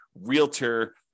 realtor